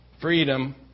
freedom